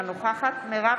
אינה